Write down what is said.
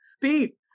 Pete